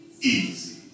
easy